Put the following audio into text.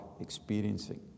Experiencing